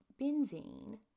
benzene